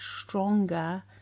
stronger